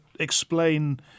explain